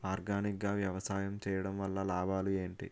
Organic గా వ్యవసాయం చేయడం వల్ల లాభాలు ఏంటి?